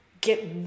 get